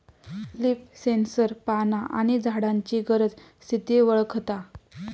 leaf sensor पाना आणि झाडांची गरज, स्थिती वळखता